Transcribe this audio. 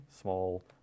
small